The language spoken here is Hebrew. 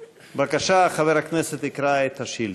בבקשה, חבר הכנסת יקרא את השאילתה.